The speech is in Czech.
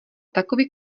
takový